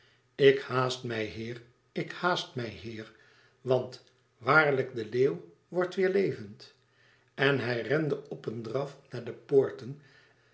ik haast mij heer ik haast mij heer want waarlijk de leeuw wordt weêr levend en hij rende op een draf naar de poorten